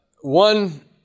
one